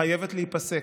חייבת להיפסק.